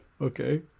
okay